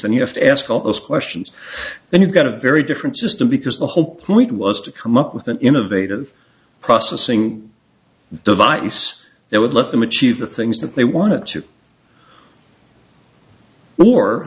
and you have to ask all those questions then you've got a very different system because the whole point was to come up with an innovative processing device that would let them achieve the things that they wanted to